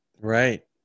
Right